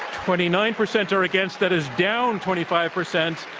twenty nine percent are against. that is down twenty five percent.